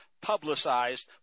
publicized